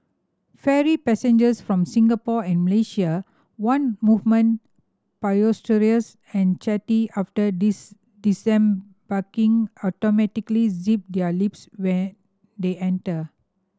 ferry passengers from Singapore and Malaysia one moment boisterous and chatty after disembarking automatically zip their lips when they enter